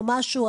או משהו,